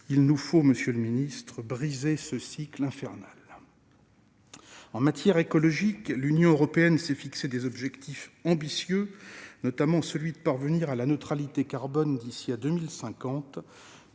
Il nous faut, monsieur le secrétaire d'État, briser ce cycle infernal. En matière écologique, l'Union européenne s'est fixé des objectifs ambitieux, notamment celui de parvenir à la neutralité carbone d'ici à 2050.